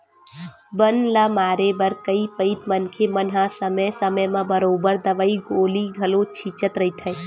बन ल मारे बर कई पइत मनखे मन हा समे समे म बरोबर दवई गोली घलो छिंचत रहिथे